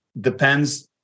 depends